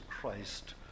Christ